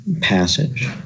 passage